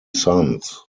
sons